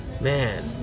Man